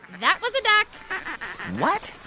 that was a duck what?